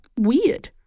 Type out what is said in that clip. weird